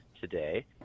today